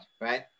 right